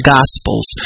Gospels